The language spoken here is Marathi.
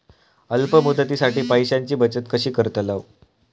अल्प मुदतीसाठी पैशांची बचत कशी करतलव?